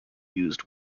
used